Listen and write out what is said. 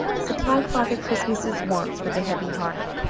supplied father christmas's wants with a heavy heart.